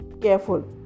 careful